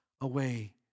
away